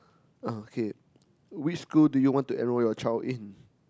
uh okay which school do you want to enroll your child in